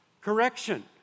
correction